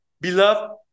beloved